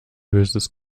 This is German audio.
böses